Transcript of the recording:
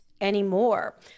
anymore